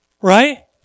Right